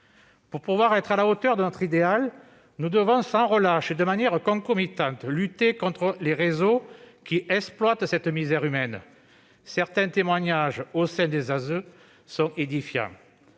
Pour pouvoir être à la hauteur de notre idéal, nous devons, sans relâche et de manière concomitante, lutter contre les réseaux qui exploitent cette misère humaine. Certains témoignages au sein des établissements